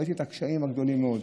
ראיתי את הקשיים הגדולים מאוד.